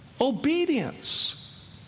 Obedience